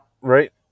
Right